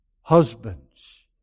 Husbands